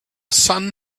sun